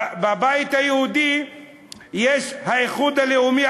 בבית היהודי יש האיחוד הלאומי,